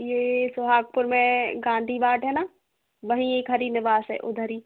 ये सुहागपुर में गांधी वार्ड है ना वहीं एक हरी निवास है उधर ही